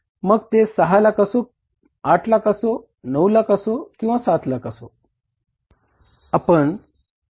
मग ते 6 लाख असो 8 लाख असो 9 लाख असो किंवा 7 लाख असो